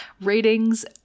ratings